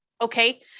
Okay